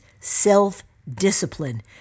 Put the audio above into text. self-discipline